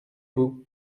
vous